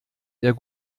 der